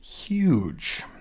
Huge